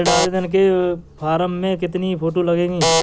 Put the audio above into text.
ऋण आवेदन के फॉर्म में कितनी फोटो लगेंगी?